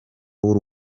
w’u